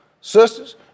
sisters